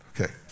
Okay